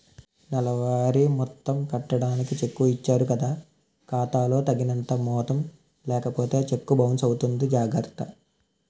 నెలవారీ మొత్తం కట్టడానికి చెక్కు ఇచ్చారు కదా ఖాతా లో తగినంత మొత్తం లేకపోతే చెక్కు బౌన్సు అవుతుంది జాగర్త